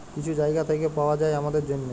কিছু জায়গা থ্যাইকে পাউয়া যায় আমাদের জ্যনহে